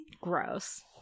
gross